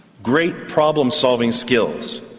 great problem-solving skills,